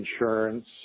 insurance